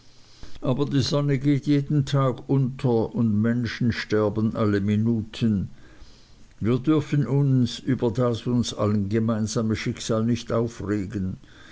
aber die sonne geht jeden tag unter und menschen sterben alle minuten wir dürfen uns über das uns allen gemeinsame schicksal nicht aufregen